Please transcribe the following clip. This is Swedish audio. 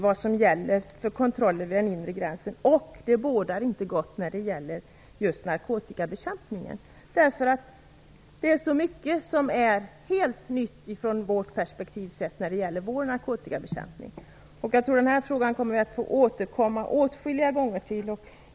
Vad som gäller för kontroller vid den inre gränsen är klart reglerat i EU, och det bådar inte gott just vad det gäller narkotikabekämpningen. Det är så mycket som är helt nytt från vårt perspektiv sett när det gäller narkotikabekämpningen. Jag tror att vi kommer att återkomma åtskilliga gånger till denna fråga.